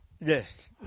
Yes